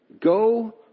go